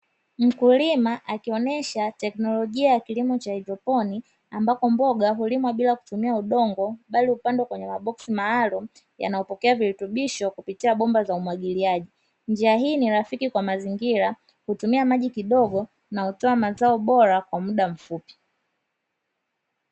Mkulima akionyesha teknolojia ya kilimo cha haedroponi ambapo mboga hulimwa bila kutumia udongo bali hupandwa kwenye maboksi maalumu yanayopokea virutubisho kupitia bomba za umwagiliaji. Njia hii ni rafiki kwa mazingira, hutumia maji kidogo na hutoa mazao bora kwa muda mfupi.